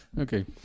Okay